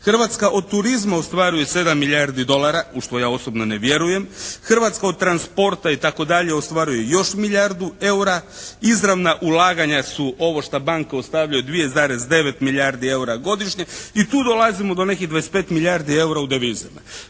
Hrvatska od turizma ostvaruje 7 milijardi dolara, u što ja osobno ne vjerujem. Hrvatska od transporta itd., ostvaruje još milijardu eura. Izravna ulaganja su ovo šta banke ostavljaju 2,9 milijardi eura godišnje. I tu dolazimo do nekih 25 milijardi eura u devizama.